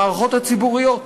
במערכות הציבוריות,